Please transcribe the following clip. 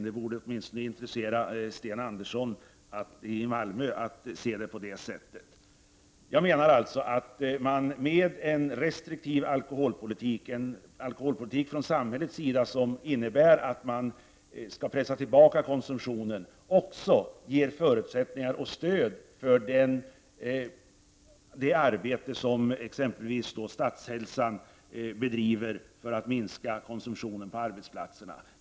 Det borde åtminstone intressera Sten Andersson i Malmö att se frågan på det sättet. Jag menar alltså att man med en restriktiv alkoholpolitik från samhällets sida, som innebär att man pressar tillbaka konsumtionen, också ger förutsättningar och stöd för det arbete som exempelvis Statshälsan bedriver för att minska alkoholkonsumtionen på arbetsplatserna.